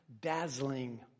dazzling